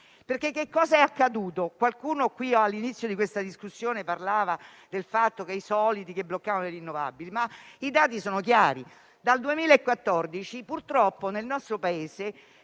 termine. Cosa è accaduto? Qualcuno qui, all'inizio di questa discussione, parlava del fatto che i soliti bloccavano le rinnovabili. Ma i dati sono chiari: dal 2014 purtroppo nel nostro Paese